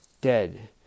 dead